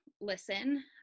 listen